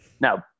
no